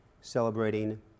celebrating